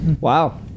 Wow